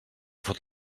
fot